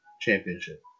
Championship